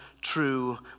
true